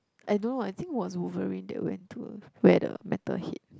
I don't know I think was Wolverine that went to wear the metal head